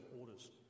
orders